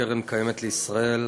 קרן קיימת לישראל),